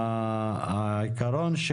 העיקרון,